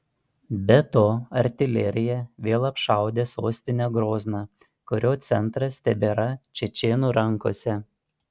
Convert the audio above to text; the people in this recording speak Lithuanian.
be to artilerija vėl apšaudė sostinę grozną kurio centras tebėra čečėnų rankose